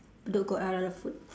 bedok got halal food